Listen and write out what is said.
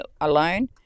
alone